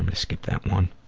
and skip that one,